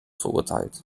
verurteilt